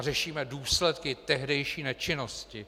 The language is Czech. Řešíme důsledky tehdejší nečinnosti.